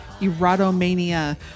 erotomania